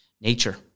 nature